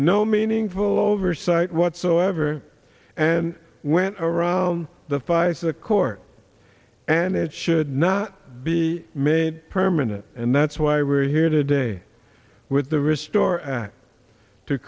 no meaningful oversight whatsoever and went around the feis accord and it should not be made permanent and that's why we're here today with the restore act to